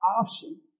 options